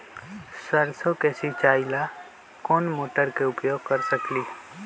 सरसों के सिचाई ला कोंन मोटर के उपयोग कर सकली ह?